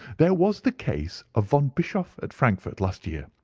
there was the case of von bischoff at frankfort last year.